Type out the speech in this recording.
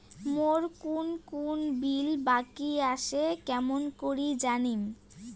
মোর কুন কুন বিল বাকি আসে কেমন করি জানিম?